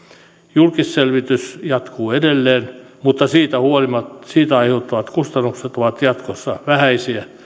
julkisselvitys jatkuu edelleen mutta siitä aiheutuvat kustannukset ovat jatkossa vähäisiä